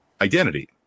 identity